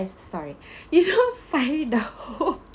eh sorry you don't find a whole